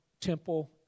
temple